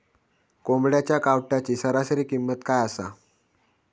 कोंबड्यांच्या कावटाची सरासरी किंमत काय असा?